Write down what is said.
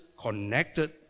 connected